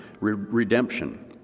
redemption